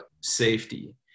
safety